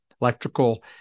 electrical